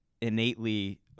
innately